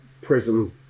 prison